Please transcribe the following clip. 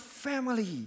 family